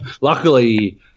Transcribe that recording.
Luckily